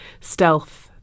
stealth